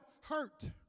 hurt